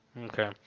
Okay